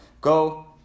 go